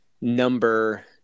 number